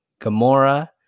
Gamora